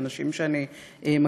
לאנשים שאני מכירה,